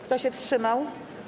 Kto się wstrzymał?